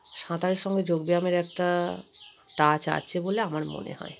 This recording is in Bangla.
সাঁতারের সঙ্গে যোগব্যায়ামের একটা টাচ আছে বলে আমার মনে হয়